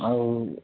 ଆଉ